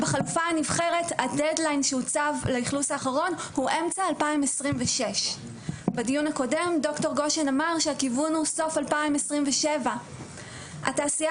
בחלופה הנבחרת הדד ליין שהוצב לאכלוס האחרון הוא אמצע 2026. בדיון הקודם ד"ר גשן אמר שהכיוון הוא סוף 2027. התעשייה